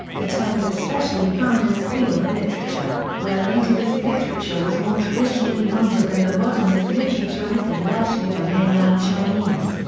the term is especially found in the field of literature, where nativist literature was more traditionally minded than the modernist literature written largely by mainland chinese.